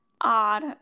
odd